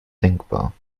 denkbar